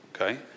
Okay